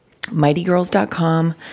mightygirls.com